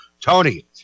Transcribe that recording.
Tony